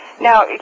Now